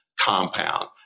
compound